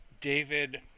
David